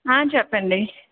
చెప్పండి